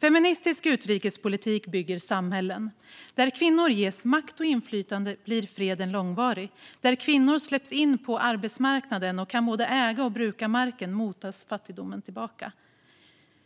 Feministisk utrikespolitik bygger samhällen. Där kvinnor ges makt och inflytande blir freden långvarig, och där kvinnor släpps in på arbetsmarknaden och kan både äga och bruka marken motas fattigdomen tillbaka.